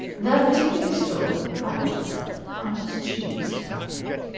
that particular store prides itself on its cheese department.